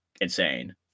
insane